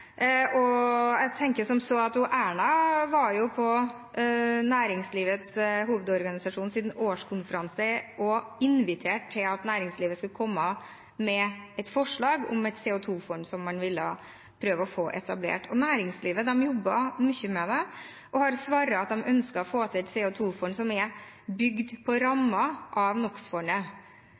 Erna var jo på årskonferansen til Næringslivets Hovedorganisasjon og inviterte næringslivet til å komme med et forslag om et CO 2 -fond, som man ville prøve å få etablert. Næringslivet jobbet mye med det og har svart at de ønsker å få til et CO 2 -fond som er bygd